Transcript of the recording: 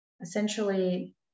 essentially